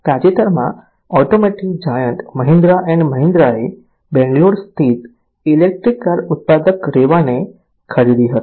તાજેતરમાં automotive giant Mahindra and મહિન્દ્રાએ બેંગ્લોર સ્થિત ઇલેક્ટ્રિક કાર ઉત્પાદક રેવાને ખરીદી હતી